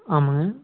ஆமாங்க